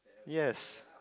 yes